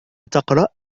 تقرأ